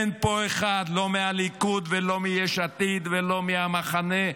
אין פה אחד, לא מהליכוד, לא מיש עתיד ולא מהמחנה,